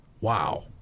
Wow